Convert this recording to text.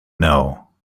know